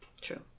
True